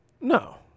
No